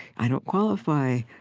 i don't qualify.